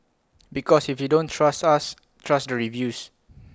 because if you don't trust us trust the reviews